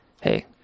Hey